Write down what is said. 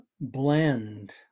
blend